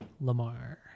Lamar